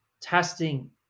testing